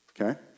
Okay